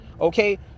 Okay